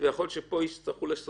ויכול להיות שפה יצטרכו לעשות